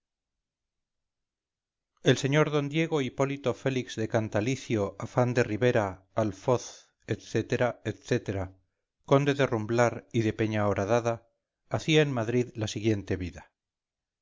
el sr d diego hipólito félix de cantalicio afán de ribera alfoz etc etc conde de rumblar y de peña horadada hacía en madrid la siguiente vida